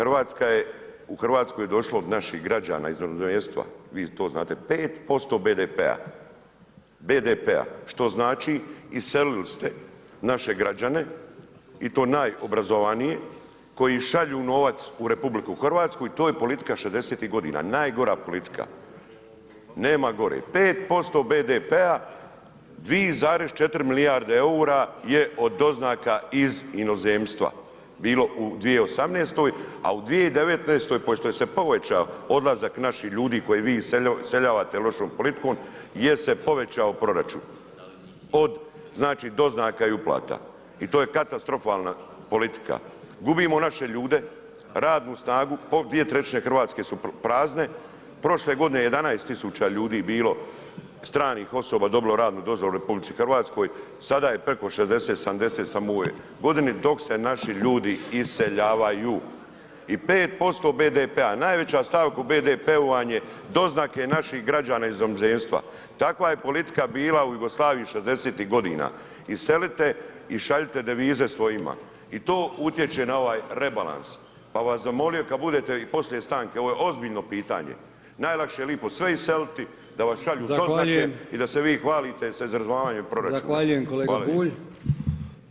RH je, u RH je došlo od naših građana iz inozemstva, vi to znate, 5% BDP-a, BDP-a, što znači iselili ste naše građane i to najobrazovanije koji šalju novac u RH i to je politika '60.-tih godina, najgora politika, nema gore, 5% BDP-a 2,4 milijarde EUR-a je od doznaka iz inozemstva bilo u 2018., a u 2019. pošto je se povećao odlazak naših ljudi koje vi iseljavate lošom politikom je se povećao proračun od znači doznaka i uplata i to je katastrofalna politika, gubimo naše ljude, radnu snagu, 2/3 RH su prazne, prošle godine je 11 000 ljudi bilo stranih osoba dobilo radnu dozvolu u RH, sada je preko 60, 70 samo u ovoj godini, dok se naši ljudi iseljavaju i 5% BDP-a, najveća stavka u BDP-u vam je doznake naših građana iz inozemstva, takva je politika bila u Jugoslaviji '60.-tih godina, iselite i šaljite devize svojima i to utječe na ovaj rebalans, pa bi vas zamolio kad budete i poslije stanke, ovo je ozbiljno pitanje, najlakše je lipo sve iseliti da vam šalju [[Upadica: Zahvaljujem]] doznake i da se vi hvalite s izravnavanjem proračuna [[Upadica: Zahvaljujem kolega Bulj]] Hvala lijepo.